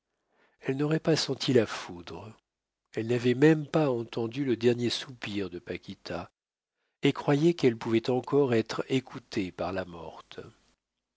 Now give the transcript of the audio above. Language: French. elle n'aurait pas senti la foudre elle n'avait même pas entendu le dernier soupir de paquita et croyait qu'elle pouvait encore être écoutée par la morte